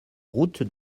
route